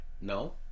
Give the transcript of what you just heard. No